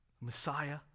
Messiah